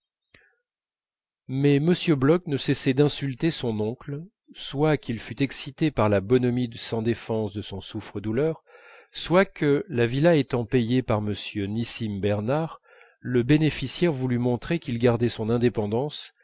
mais m bloch ne cessait d'insulter son oncle soit qu'il fût excité par la bonhomie sans défense de son souffre-douleur soit que la villa étant payée par m nissim bernard le bénéficiaire voulût montrer qu'il gardait son indépendance